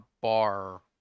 bar